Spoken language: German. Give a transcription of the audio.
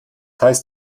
heißt